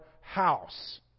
house